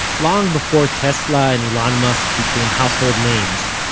long before tesla and elon musk became household names,